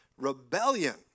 rebellion